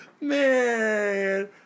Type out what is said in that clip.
Man